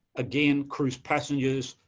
again, cruise passengers,